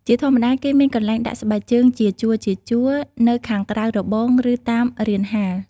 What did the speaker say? ជាធម្មតា គេមានកន្លែងដាក់ស្បែកជើងជាជួរៗនៅខាងក្រៅរបង ឬតាមរានហាល។